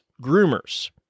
groomers